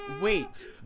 Wait